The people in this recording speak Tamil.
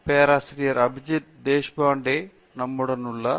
பேராசிரியர் அபிஜித் தேஷ்பாண்டே நம்முடன் உள்ளார்